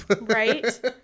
Right